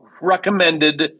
recommended